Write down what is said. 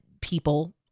people